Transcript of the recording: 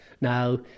Now